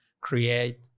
create